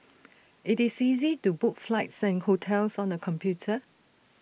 IT is easy to book flights and hotels on the computer